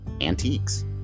antiques